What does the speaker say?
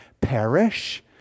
Perish